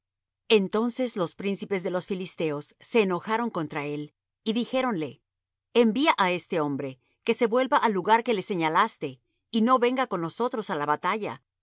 entonces los príncipes de los filisteos se enojaron contra él y dijéronle envía á este hombre que se vuelva al lugar que le señalaste y no venga con nosotros á la batalla